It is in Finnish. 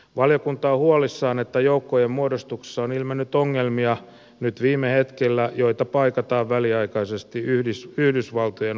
valiokunta on huolissaan että joukkojen muodostuksessa on ilmennyt nyt viime hetkellä ongelmia joita paikataan väliaikaisesti yhdysvaltojen vahvistetulla osallistumisella